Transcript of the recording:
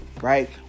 right